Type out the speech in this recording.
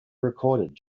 recorded